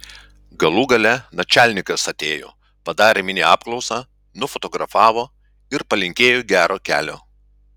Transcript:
galų gale načialnikas atėjo padarė mini apklausą nufotografavo ir palinkėjo gero kelio